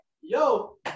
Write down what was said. Yo